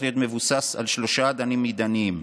להיות מבוסס על שלושה אדנים מרכזיים: